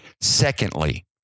Secondly